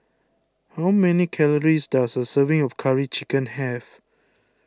how many calories does a serving of Curry Chicken have